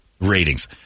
ratings